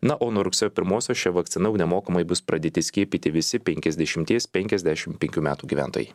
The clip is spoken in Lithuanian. na o nuo rugsėjo pirmosios šia vakcina jau nemokamai bus pradėti skiepyti visi penkiasdešimties penkiasdešimt penkių metų gyventojai